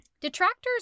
Detractors